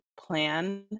plan